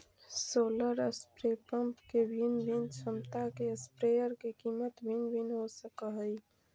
solar spray pump के भिन्न भिन्न क्षमता के स्प्रेयर के कीमत भिन्न भिन्न हो सकऽ हइ